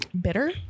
bitter